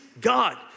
God